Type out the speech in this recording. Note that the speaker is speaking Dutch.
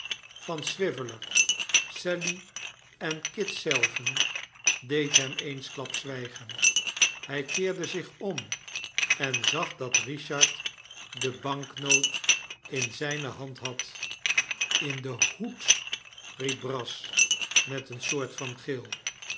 van swiveller sallyen kit zelven deed hem eensklaps zwijgen hij keerde zich om en zag dat richard de banknoot in zijne hand had in den hoed riep brass met een soort van gil